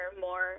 more